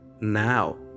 Now